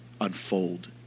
unfold